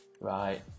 Right